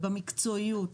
ובמקצועיות,